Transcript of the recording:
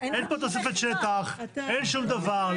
פה תוספת שטח, אין שום דבר.